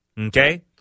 okay